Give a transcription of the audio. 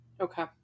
Okay